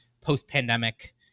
post-pandemic